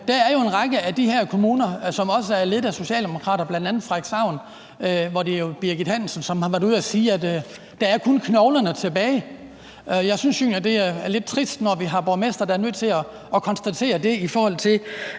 Der er en række af de her kommuner, som er ledet af socialdemokrater, bl.a. Frederikshavn Kommune, hvor Birgit Stenbak Hansen jo har været ude og sige, at der kun er knoglerne tilbage. Jeg synes egentlig, det er lidt trist, når vi har borgmestre, der er nødt til at konstatere det, i forhold til